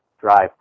drive